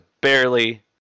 barely